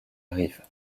arrive